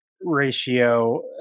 ratio